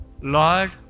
Lord